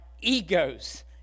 egos